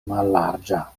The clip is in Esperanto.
mallarĝa